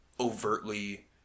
overtly